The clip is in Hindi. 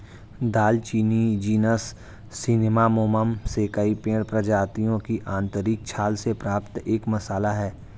दालचीनी जीनस सिनामोमम से कई पेड़ प्रजातियों की आंतरिक छाल से प्राप्त एक मसाला है